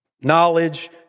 Knowledge